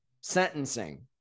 sentencing